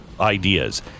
ideas